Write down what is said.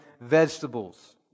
vegetables